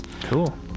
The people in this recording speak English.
Cool